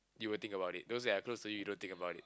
you will think about it those are close you don't think about it